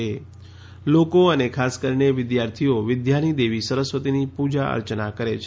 આજે લોકો અને ખાસ કરીને વિદ્યાર્થીઓ વિદ્યાની દેવી સરસ્વતીની પૂજા અર્ચના કરે છે